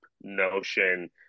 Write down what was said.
Notion